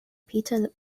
peter